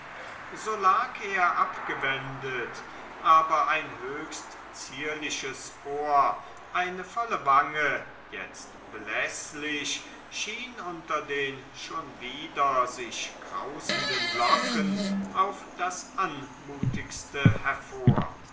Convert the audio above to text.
so lag er abgewendet aber ein höchst zierliches ohr eine volle wange jetzt bläßlich schienen unter den schon wieder sich krausenden locken auf das anmutigste hervor